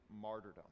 martyrdom